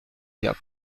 gap